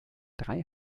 drei